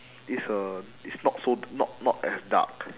it's a it's not so not not as dark